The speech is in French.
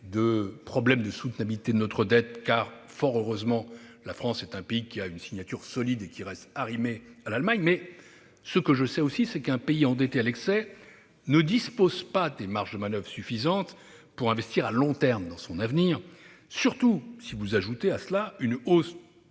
de problème de soutenabilité de notre dette, car- fort heureusement ! -la France a une signature solide et reste arrimée à l'Allemagne. Toutefois, un pays endetté à l'excès ne dispose pas des marges de manoeuvre suffisantes pour investir à long terme dans son avenir, surtout si vous ajoutez à cela une hausse